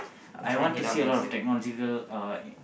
I want to see a lot of technological uh